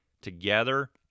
together